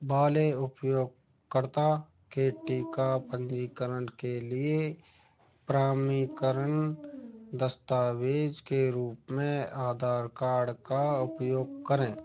वाले उपयोगकर्ता के टीका पंजीकरण के लिए प्रमाणीकरण दस्तावेज के रूप में आधार कार्ड का उपयोग करें